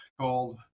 called